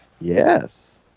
Yes